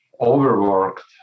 overworked